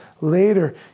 later